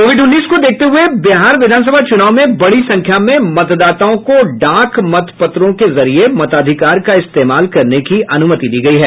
Covid उन्नीस को देखते हुए बिहार विधानसभा चुनाव में बड़ी संख्या में मतदाताओं को डाक मत पत्रों के जरिये मताधिकार का इस्तेमाल करने की अनुमति दी गई है